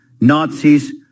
Nazis